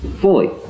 Fully